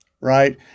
right